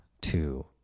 two